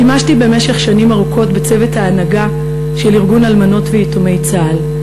שימשתי במשך שנים ארוכות בצוות ההנהגה של ארגון אלמנות ויתומי צה"ל.